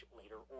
later